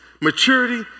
maturity